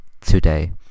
today